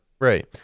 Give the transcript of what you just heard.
Right